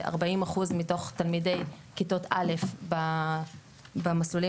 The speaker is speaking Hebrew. ש-40% מתוך תלמידי כיתות א' במערכת